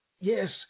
Yes